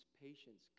patience